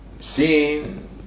seen